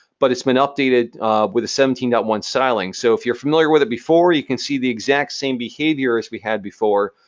but it's been updated with a seventeen point one styling. so if you were familiar with it before, you can see the exact same behavior as we had before.